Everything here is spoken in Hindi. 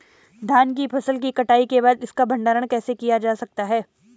धान की फसल की कटाई के बाद इसका भंडारण कैसे किया जा सकता है?